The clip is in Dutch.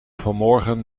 vanmorgen